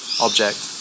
object